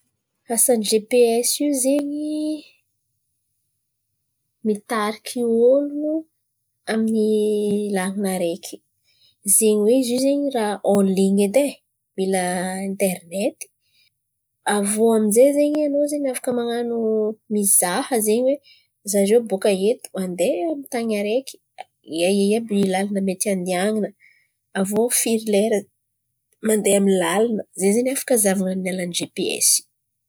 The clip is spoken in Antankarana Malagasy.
Asan'n̈y GPS io zen̈y mitariky ôlo amy ny làlana araiky. Zen̈y hoe zio zen̈y raha en line edy ai. Mila internet avô amin'jay zen̈y an̈ao afaka man̈ano mizaha zen̈y zah zao bôkà eto andeha amy ny tan̈y araiky, aia, aia, àby làlana mety andihan̈ana zvô firy lera mandeha amy ny làlana, zen̈y zio afaka zahavan̈a amy ny alalan'n̈y GPS.